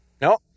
No